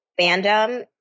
fandom